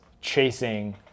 chasing